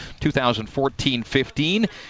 2014-15